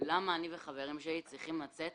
למה אני והחברים שלי צריכים לצאת